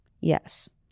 Yes